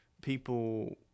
people